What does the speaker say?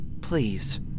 Please